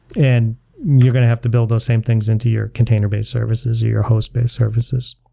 and you're going to have to build those same things into your container-based services or your host-based services.